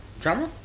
Drama